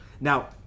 Now